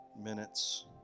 minutes